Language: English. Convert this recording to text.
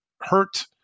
hurt